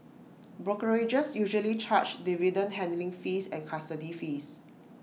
brokerages usually charge dividend handling fees and custody fees